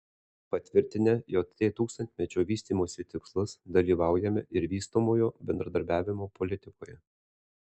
patvirtinę jt tūkstantmečio vystymosi tikslus dalyvaujame ir vystomojo bendradarbiavimo politikoje